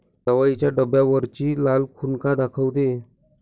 दवाईच्या डब्यावरची लाल खून का दाखवते?